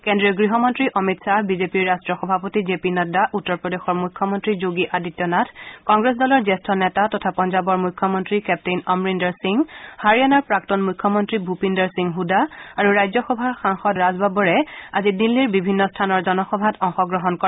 কেজ্ৰীয় গৃহ মন্ত্ৰী অমিত শ্বাহ বিজেপিৰ ৰাট্টীয় সভাপতি জে পি নড্ডা উত্তৰ প্ৰদেশৰ মুখ্যমন্ত্ৰী যোগী আদিত্যনাথ কংগ্ৰেছ দলৰ জ্যেষ্ঠ নেতা তথা পঞ্জাবৰ মুখ্যমন্ত্ৰী কেপ্তেইন অমৰিন্দৰ সিং হাৰিয়াণাৰ প্ৰাক্তন মুখ্যমন্ত্ৰী ভূপিন্দৰ সিং হুদা আৰু ৰাজ্যসভাৰ সাংসদ ৰাজ বাব্বৰে আজি দিল্লীৰ বিভিন্ন স্থানৰ জনসভাত অংশগ্ৰহণ কৰে